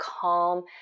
calm